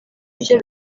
byo